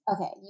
Okay